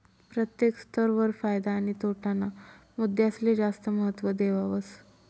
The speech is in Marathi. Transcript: प्रत्येक स्तर वर फायदा आणि तोटा ना मुद्दासले जास्त महत्व देवावस